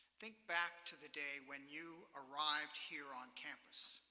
think back to the day when you arrived here on campus,